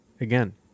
Again